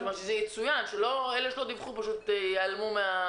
כלומר, שיצוין אלו שלא דיווחו, שהם לא ייעלמו.